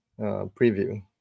preview